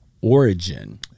origin